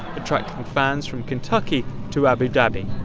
attracting fans from kentucky to abu dhabi.